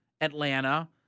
Atlanta